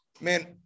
man